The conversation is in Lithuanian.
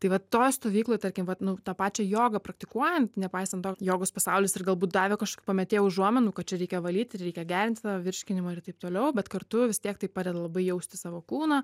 tai va toje stovykloje tarkim vat nu tą pačią jogą praktikuojant nepaisant to jogos pasaulis ir galbūt davė kažkokį pamėtėjo užuominų kad čia reikia valyt reikia gerinti virškinimą ir taip toliau bet kartu vis tiek tai padeda labai jausti savo kūną